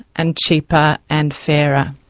and cheaper and fairer.